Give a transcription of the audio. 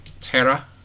Terra